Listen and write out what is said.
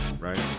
right